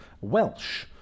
Welsh